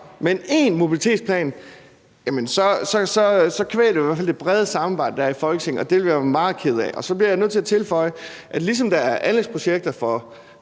med én mobilitetsplan kvæler vi i hvert fald det brede samarbejde, der er i Folketinget, og det ville jeg være meget ked af. Så bliver jeg nødt til at tilføje, at ligesom der er anlægsprojekter for